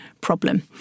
problem